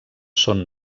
són